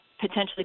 potentially